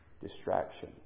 distraction